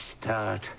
start